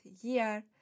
year